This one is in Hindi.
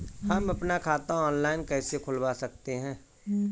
हम अपना खाता ऑनलाइन कैसे खुलवा सकते हैं?